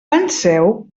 penseu